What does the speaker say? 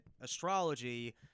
astrology